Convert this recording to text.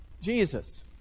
Jesus